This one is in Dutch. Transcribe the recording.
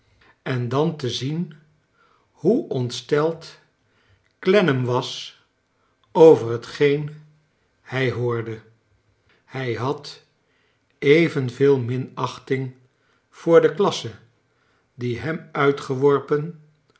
en dan te zien hoe ontsteld clennam was over hetgeen hij hoorde hij had evenveel minachting voor de klasse die hem uitgeworpen